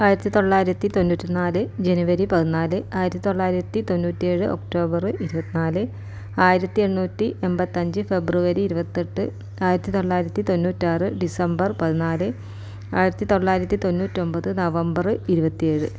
ആയിരത്തി തൊള്ളായിരത്തി തൊണ്ണൂറ്റി നാല് ജനുവരി പതിനാല് ആയിരത്തി തൊള്ളായിരത്തി തൊണ്ണൂറ്റിയേഴ് ഒക്ടോബര് ഇരുപത്തിനാല് ആയിരത്തിയെണ്ണൂറ്റി എണ്പത്തിയഞ്ച് ഫെബ്രുവരി ഇരുപത്തിയെട്ട് ആയിരത്തി തൊള്ളായിരത്തി തൊണ്ണൂറ്റിയാറ് ഡിസംബർ പതിനാല് ആയിരത്തി തൊള്ളായിരത്തി തൊണ്ണൂറ്റിയൊന്പത് നവംബര് ഇരുപത്തിയേഴ്